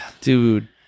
Dude